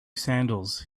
sandals